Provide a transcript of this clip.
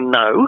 no